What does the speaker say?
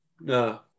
No